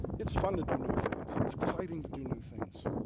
it's fun to do new things. it's exciting to do new things.